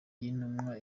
y’intumwa